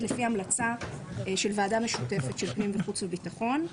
לפי המלצה של ועדה משותפת של פנים וחוץ וביטחון.